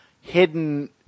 hidden